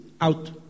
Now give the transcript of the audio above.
out